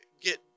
get